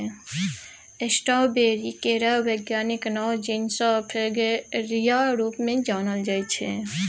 strawberry केर बैज्ञानिक नाओ जिनस फ्रेगेरिया रुप मे जानल जाइ छै